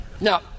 Now